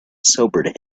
sobered